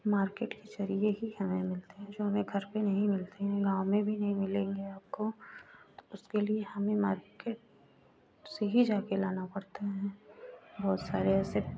market के जरिए ही हमें मिलते हैं जो हमें घर पर नहीं मिलते है गाँव में भी नहीं मिलेंगे आपको उसके लिए हमें मार्केट से ही जा कर लाना पड़ता है बहुत सारे ऐसे